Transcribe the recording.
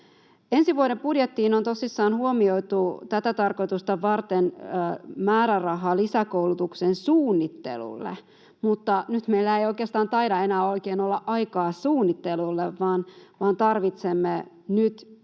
Ensi vuoden budjettiin on tosiaan huomioitu tätä tarkoitusta varten määräraha lisäkoulutuksen ”suunnittelulle”, mutta nyt meillä ei oikeastaan taida enää oikein olla aikaa suunnittelulle, vaan tarvitsemme nyt